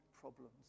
problems